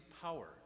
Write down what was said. power